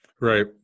Right